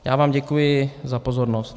Já vám děkuji za pozornost.